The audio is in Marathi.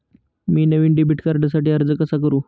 मी नवीन डेबिट कार्डसाठी अर्ज कसा करु?